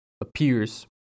appears